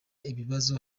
ibibazo